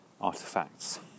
artifacts